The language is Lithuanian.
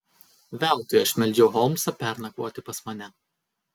veltui aš meldžiau holmsą pernakvoti pas mane